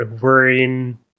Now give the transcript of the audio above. worrying